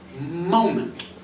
moment